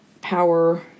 power